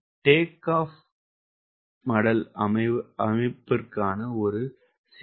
take-off flaps அமைப்பிற்காக ஒரு CD0 0